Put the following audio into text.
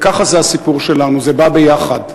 וככה זה הסיפור שלנו, זה בא ביחד.